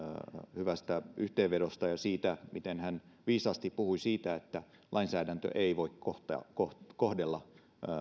hyvästä yhteenvedosta ja siitä miten viisaasti hän puhui siitä että lainsäädäntö ei voi kohdella